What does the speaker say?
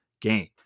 game